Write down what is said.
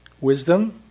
Wisdom